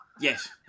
Yes